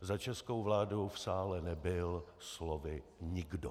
Za českou vládu v sále nebyl slovy nikdo.